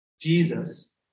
Jesus